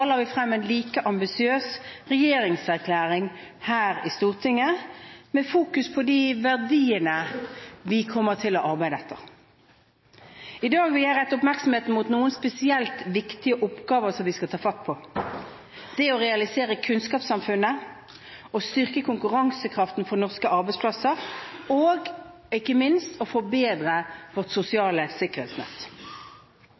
18.oktober, la vi frem en like ambisiøs regjeringserklæring her i Stortinget med fokus på de verdiene vi kommer til å arbeide etter. I dag vil jeg rette oppmerksomheten mot noen spesielt viktige oppgaver som vi skal ta fatt på: å realisere kunnskapssamfunnet, å styrke konkurransekraften for norske arbeidsplasser og ikke minst å forbedre vårt